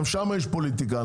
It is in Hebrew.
גם שמה יש פוליטיקה,